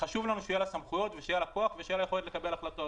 חשוב לנו שיהיה לה כוח סמכויות ויכולת לקבל החלטות.